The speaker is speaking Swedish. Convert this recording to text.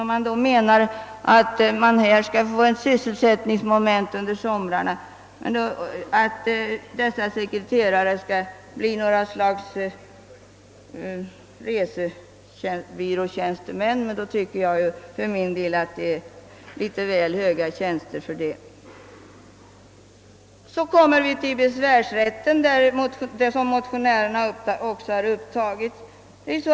Man menar kanske att ifrågavarande utskottstjänstemän skall beredas sysselsättning under sommarmånaderna på så sätt att de skall bli något slags resebyråtjänstemän. För min del tycker jag att det är litet väl höga tjänster härför. Jag skall sedan gå in på besvärsrätten som också tagits upp av motionärerna.